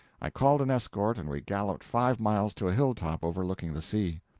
i called an escort and we galloped five miles to a hilltop overlooking the sea.